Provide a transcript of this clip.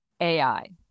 AI